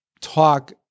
talk